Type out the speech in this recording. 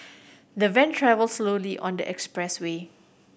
the van travelled slowly on the expressway